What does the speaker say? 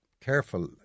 careful